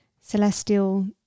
Celestial